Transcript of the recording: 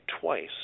twice